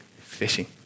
fishing